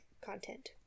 content